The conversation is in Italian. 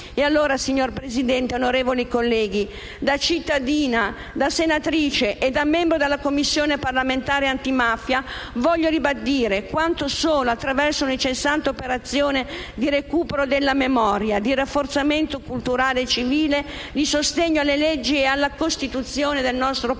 pubblici. Signora Presidente, onorevoli colleghi, da cittadina, da senatrice e da membro della Commissione parlamentare d'inchiesta sul fenomeno della mafia, voglio ribadire che solo attraverso un'incessante operazione di recupero della memoria, di rafforzamento culturale e civile e di sostegno alle leggi e alla Costituzione del nostro Paese,